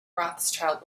rothschild